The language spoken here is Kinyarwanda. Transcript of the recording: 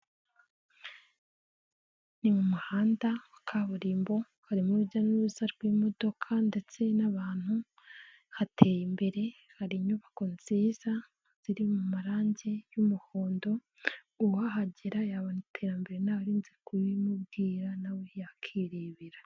Ni mu muhanda wa kaburimbo, harimo urujya n'uruza rw'imodoka ndetse n'abantu, hateye imbere, hari inyubako nziza ziri mu marangi y'umuhondo, uwahagera yabona iterambere ntawurinze kubimubwira, nawe yakwirebera.